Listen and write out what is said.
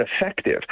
effective